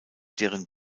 deren